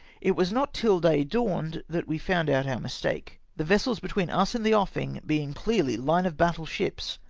it was not till day dawned that we found out our mistake, the vessels between us and the offing being clearly line-of-battle ships,